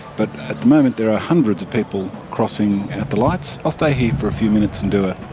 but at the moment there are hundreds of people crossing at the lights. i'll stay here for a few minutes and do a